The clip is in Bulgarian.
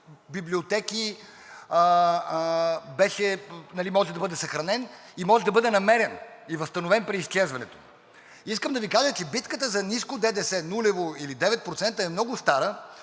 библиотеки може да бъде съхранен и може да бъде намерен и възстановен при изчезването. Искам да Ви кажа, че битката за ниско ДДС, нулево или 9%, е много стара